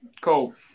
Cool